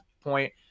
point